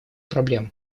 проблем